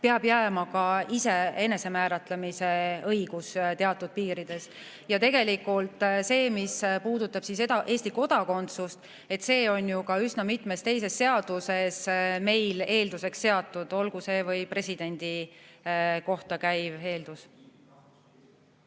peab jääma ka enesemääratlemise õigus teatud piirides. Tegelikult see, mis puudutab Eesti kodakondsust, on ju ka üsna mitmes teises seaduses meil eelduseks seatud, olgu see või presidendi kohta käiv eeldus.